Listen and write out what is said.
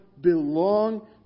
belong